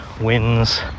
wins